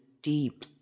deep